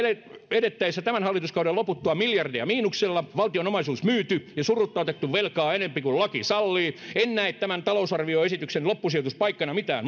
edettäessä tämän hallituskauden loputtua miljardeja miinuksella valtion omaisuus myyty ja surutta otettu velkaa enempi kuin laki sallii en näe tämän talousarvioesityksen loppusijoituspaikaksi mitään